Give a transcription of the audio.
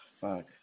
Fuck